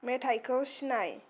मेथायखौ सिनाय